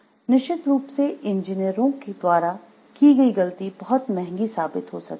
निश्चित रूप से इंजीनियरों द्वारा की गई गलती बहुत महंगी साबित हो सकती है